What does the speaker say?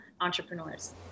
entrepreneurs